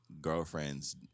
girlfriend's